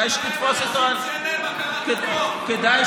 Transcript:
אף אחד